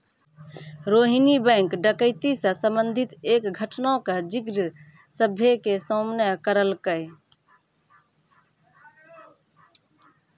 Rohini bank डकैती से संबंधित एक घटना के जिक्र सभ्भे के सामने करलकै